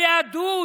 היהדות.